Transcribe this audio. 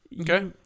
Okay